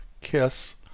kiss